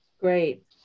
Great